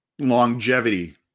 longevity